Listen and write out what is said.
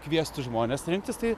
kviestų žmones rinktis tai